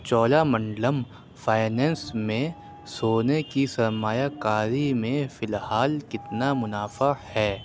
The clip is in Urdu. چولا منڈلم فائننس میں سونے کی سرمایہ کاری میں فی الحال کتنا مُنافع ہے